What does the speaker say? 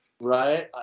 Right